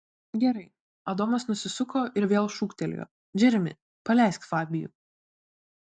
gerai adomas nusisuko ir vėl šūktelėjo džeremi paleisk fabijų